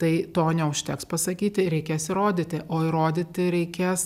tai to neužteks pasakyti reikės įrodyti o įrodyti reikės